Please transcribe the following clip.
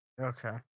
Okay